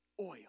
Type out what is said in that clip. Oil